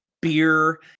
beer